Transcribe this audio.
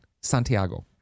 Santiago